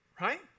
right